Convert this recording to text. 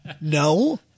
no